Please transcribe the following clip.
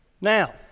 now